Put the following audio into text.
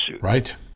right